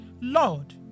Lord